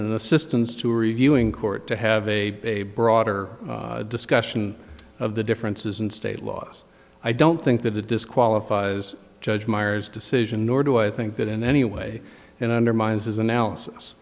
an assistance to reviewing court to have a a broader discussion of the differences in state laws i don't think that the disqualifies judge miers decision nor do i think that in any way in undermines his analysis